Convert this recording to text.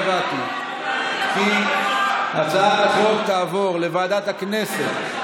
אני קובע כי הצעת חוק למניעת אלימות במשפחה (תיקון,